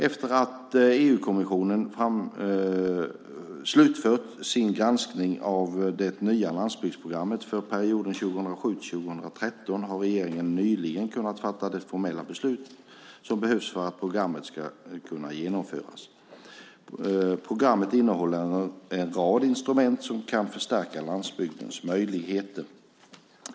Efter att EU-kommissionen slutfört sin granskning av det nya landsbygdsprogrammet för perioden 2007-2013 har regeringen nyligen kunnat fatta de formella beslut som behövs för att programmet ska kunna genomföras. Programmet innehåller en rad instrument som kan förstärka landsbygdens möjligheter.